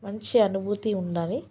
మంచి అనుభూతి ఉండాలి